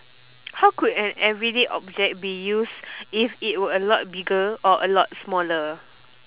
how could an everyday object be used if it were a lot bigger or a lot smaller